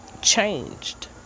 changed